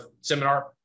seminar